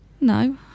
no